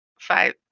five